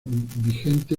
vigente